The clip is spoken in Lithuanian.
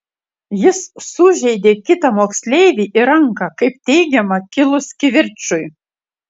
jis sužeidė kitą moksleivį į ranką kaip teigiama kilus kivirčui